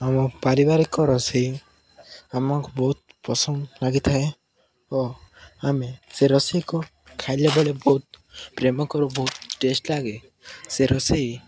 ଆମ ପାରିବାରିକ ରୋଷେଇ ଆମକୁ ବହୁତ ପସନ୍ଦ ଲାଗିଥାଏ ଓ ଆମେ ସେ ରୋଷେଇକୁ ଖାଇଲା ବେଳେ ବହୁତ ପ୍ରେମ କରୁ ବହୁତ ଟେଷ୍ଟ ଲାଗେ ସେ ରୋଷେଇ